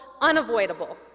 unavoidable